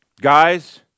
guys